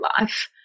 life